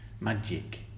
magic